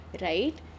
right